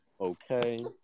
Okay